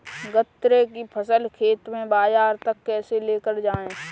गन्ने की फसल को खेत से बाजार तक कैसे लेकर जाएँ?